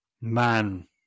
Man